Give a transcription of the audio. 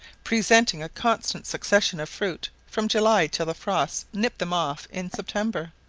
presenting a constant succession of fruit from july till the frosts nip them off in september.